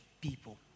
people